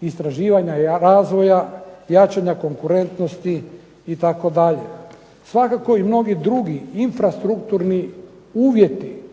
istraživanja razvoja, jačanja konkurentnosti itd. Svakako i mnogi drugi infrastrukturni uvjeti